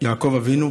יעקב אבינו